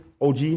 og